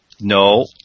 no